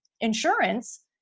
insurance